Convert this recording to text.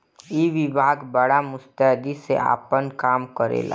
ई विभाग बड़ा मुस्तैदी से आपन काम करेला